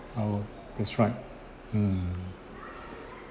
oh that's right mm